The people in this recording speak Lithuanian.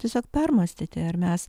tiesiog permąstyti ar mes